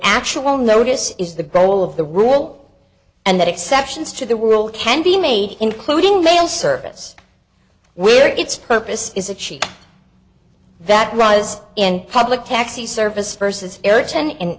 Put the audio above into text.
actual notice is the goal of the rule and that exceptions to the world can be made including mail service where its purpose is achieved that rise in public taxi service versus air ten in